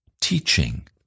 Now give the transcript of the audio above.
teaching